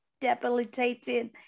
debilitating